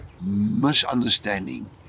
misunderstanding